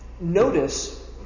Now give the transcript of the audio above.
Notice